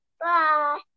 Bye